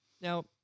Now